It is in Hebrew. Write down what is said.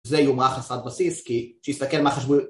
זה יהיו מערכת סעד בסיס כי ...